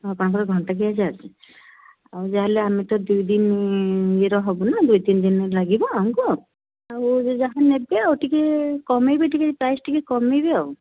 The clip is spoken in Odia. ହଁ ତାଙ୍କର ଘଣ୍ଟାକିଆ ଚାର୍ଜ ଆଉ ଯାହା ହେଲେ ଆମେ ତ ଦୁଇଦିନ ଦୁଇ ତିନିଦିନ ଲାଗିବ ଆମକୁ ଆଉ ଯାହା ନେବେ ଆଉ ଟିକେ କମାଇବେ ପ୍ରାଇସ୍ ଟିକେ କମାଇବେ ଆଉ